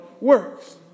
works